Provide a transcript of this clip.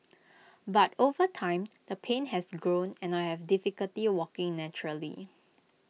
but over time the pain has grown and I have difficulty walking naturally